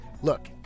Look